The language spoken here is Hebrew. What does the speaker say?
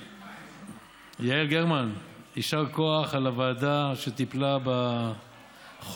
יעל גרמן, יישר כוח על הוועדה שטיפלה בחוק